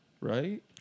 right